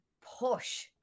push